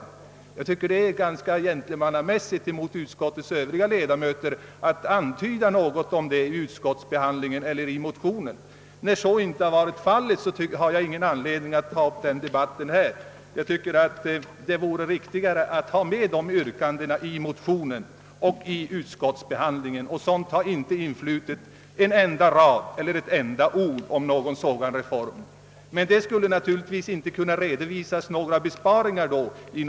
Därigenom skulle de ha uppfört sig mera gentlemannamässigt mot utskottets övriga ledamöter. De borde dessutom åtminstone ha antytt någonting om detta vid utskottsbehandlingen. När emellertid så inte har varit fallet, har jag ingen anledning att ta upp den debatten här; jag har endast velat påpeka att jag anser att det varit riktigare att ta upp denna sak vid utformningen av motionen och ärendets behandling i utskottet. Men inte ett enda ord eller en enda rad har influtit om önskvärdheten av en sådan reform — i så fall skulle några besparingar naturligtvis inte ha kunnat redovisas i en skuggbudget! Herr talman!